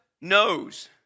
knows